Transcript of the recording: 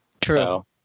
true